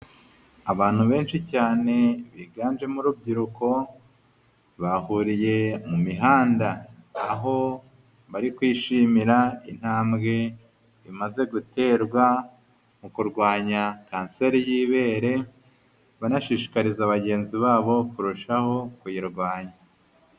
Abantu benshi cyane biganjemo urubyiruko, bahuriye mu mihanda aho bari kwishimira intambwe imaze guterwa mu kurwanya kanseri y'ibere, banashishikariza bagenzi babo kurushaho kuyirwanya.